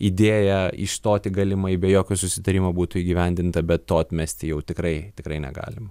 idėja išstoti galimai be jokio susitarimo būtų įgyvendinta be to atmesti jau tikrai tikrai negalim